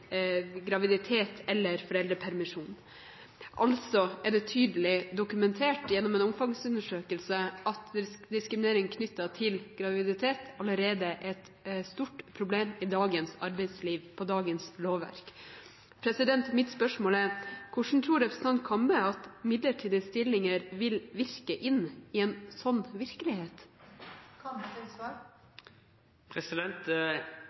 graviditet eller foreldrepermisjon, altså er det tydelig dokumentert gjennom en omfangsundersøkelse at diskriminering knyttet til graviditet allerede er et stort problem i dagens arbeidsliv med dagens lovverk. Mitt spørsmål er: Hvordan tror representanten Kambe at midlertidige stillinger vil virke inn i en slik virkelighet?